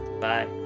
bye